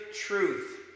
truth